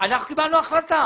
אנחנו קיבלנו החלטה.